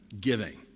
giving